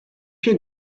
jij